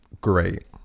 great